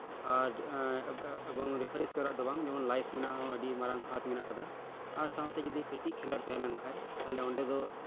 ᱟᱨ ᱮᱵᱚᱝ ᱨᱮᱯᱷᱟᱨᱮᱱᱥ ᱨᱮᱭᱟᱜ ᱫᱚ ᱵᱟᱝ ᱡᱮᱢᱚᱱ ᱞᱟᱭᱤᱥ ᱢᱮᱱᱟᱜᱼᱟ ᱟᱹᱰᱤ ᱢᱟᱨᱟᱝ ᱦᱟᱛ ᱢᱮᱱᱟᱜ ᱟᱠᱟᱫᱟ ᱟᱨ ᱥᱟᱶᱛᱮ ᱡᱚᱫᱤ ᱠᱟᱹᱴᱤᱡ ᱠᱷᱮᱞᱳᱰ ᱛᱟᱦᱮᱸ ᱞᱮᱱᱠᱷᱟᱱ ᱛᱟᱦᱞᱮ ᱚᱸᱰᱮ ᱫᱚ